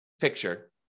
picture